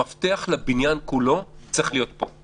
המפתח לבניין כולו צריך להיות פה.